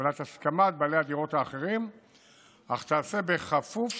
בעלי הדירות האחרים אך תיעשה בכפוף